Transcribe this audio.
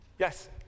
Yes